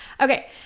Okay